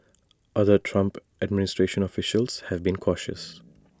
other Trump administration officials have been cautious